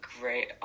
great